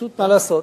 פשוט, מה לעשות,